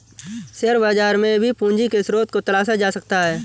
share बाजार में भी पूंजी के स्रोत को तलाशा जा सकता है